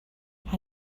how